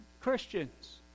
Christians